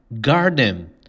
Garden